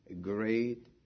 great